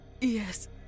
Yes